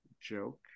joke